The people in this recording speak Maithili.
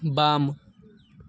बाम